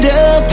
up